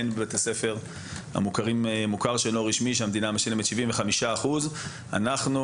והן בבתי ספר מוכרים שאינם רשמיים שהמדינה משלמת 75%. אנחנו